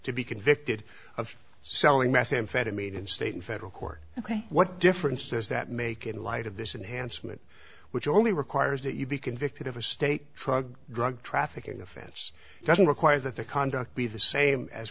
to be convicted of selling methamphetamine in state and federal court ok what difference does that make in light of this enhanced mut which only requires that you be convicted of a state trog drug trafficking offense doesn't require that the conduct be the same as